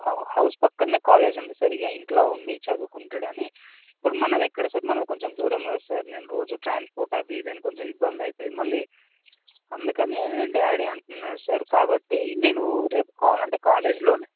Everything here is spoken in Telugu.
హౌ హౌస్ పక్కన్న కాలేజ్ ఉంది సార్ ఇక ఇంట్లో ఉండి చదువుకుంటాడు అని ఇప్పుడు మనది ఎక్కడ సార్ మనది కొంచెం దూరం కదా సార్ నేను రోజు ట్రాన్స్పోర్ట్ అది ఇది అని కొంచెం ఇబ్బంది అవుతుంది మళ్ళీ అందుకని డాడీ అంటున్నాడు సార్ కాబట్టి నేను రేపు కావాలంటే అంటే కాలేజీలో